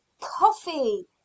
coffee